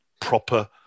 proper